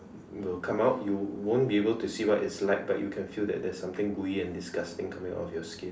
will come out you won't be able to see what it's like but you can feel that there's something gooey and disgusting coming out of your skin